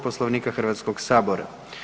Poslovnika Hrvatskoga sabora.